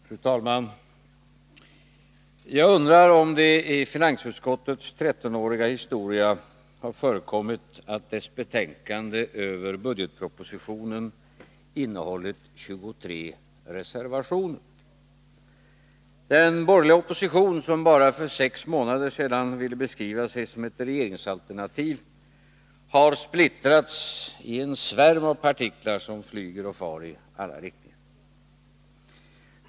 Fru talman! Jag undrar om det i finansutskottets' 13-åriga historia har förekommit att dess betänkande över budgetpropositionen innehållit 23 reservationer. Den borgerliga opposition som för bara sex månader sedan ville beskriva sig såsom ett regeringsalternativ har splittrats i en svärm av partiklar, som flyger och far i alla riktningar.